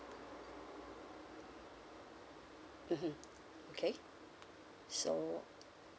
mmhmm okay so